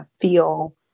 feel